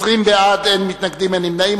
בעד, 20, אין מתנגדים ואין נמנעים.